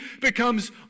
becomes